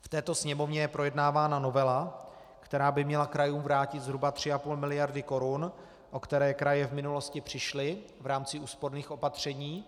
V této Sněmovně je projednávána novela, která by měla krajům vrátit zhruba 3,5 miliardy korun, o které kraje v minulosti přišly v rámci úsporných opatření.